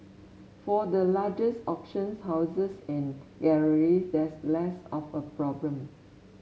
for the largest auction houses and galleries that's less of a problem